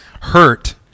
hurt